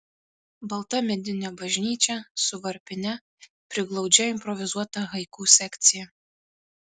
balta medinė bažnyčia su varpine priglaudžia improvizuotą haiku sekciją